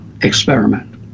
experiment